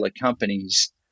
companies